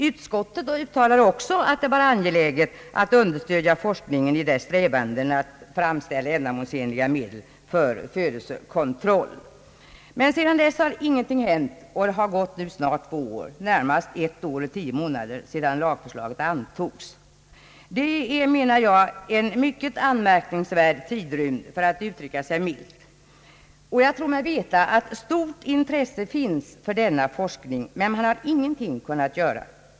Utskottet uttalade också att det var angeläget att understödja forskningen i dess strävanden att framställa ändamålsenliga medel för födelsekontroll. Men sedan dess har ingenting hänt, och det har nu gått nära ett år och åtta månader sedan lagförslaget antogs. Det är, menar jag, en mycket anmärkningsvärd tidrymd — för att uttrycka sig milt. Jag tror mig veta att stort intresse finns för denna forskning, men man har ingenting kunnat göra.